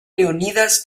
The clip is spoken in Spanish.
leónidas